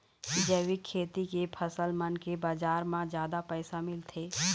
जैविक खेती के फसल मन के बाजार म जादा पैसा मिलथे